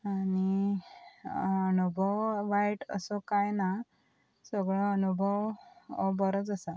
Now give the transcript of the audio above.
आनी अणुभव वायट असो कांय ना सगळो अनुभव हो बरोच आसा